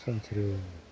सानस्रियो आरो